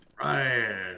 Right